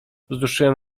wzruszyłem